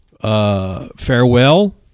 farewell